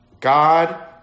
God